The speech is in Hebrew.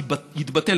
יתבטל,